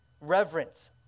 Reverence